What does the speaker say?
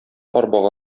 арбага